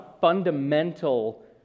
fundamental